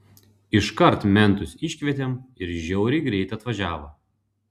iškart mentus iškvietėm ir žiauriai greit atvažiavo